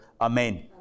Amen